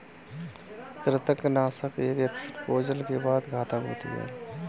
कृंतकनाशक एक एक्सपोजर के बाद घातक होते हैं